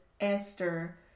Esther